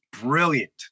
brilliant